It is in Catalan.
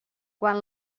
quan